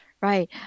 right